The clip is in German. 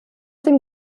dem